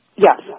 Yes